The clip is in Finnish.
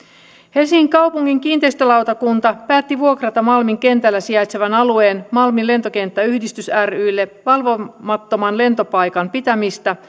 helsingin kaupungin kiinteistölautakunta päätti vuokrata malmin kentällä sijaitsevan alueen malmin lentokenttäyhdistys rylle valvomattoman lentopaikan pitämistä